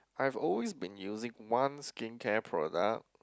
I've always been using one skincare product